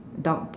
dark